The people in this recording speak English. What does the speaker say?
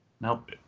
Nope